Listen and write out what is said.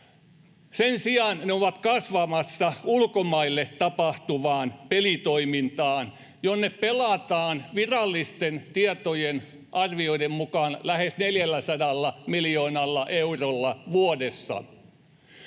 Sen sijaan ne ovat kasvamassa pelitoiminnassa, joka tapahtuu ulkomaille ja jonne pelataan virallisten tietojen, arvioiden mukaan lähes 400 miljoonalla eurolla vuodessa.